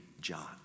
John